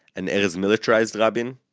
and erez's militarized rabin?